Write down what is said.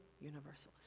Universalist